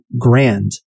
grand